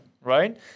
right